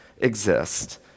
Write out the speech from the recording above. exist